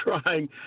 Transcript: trying